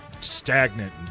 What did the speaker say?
stagnant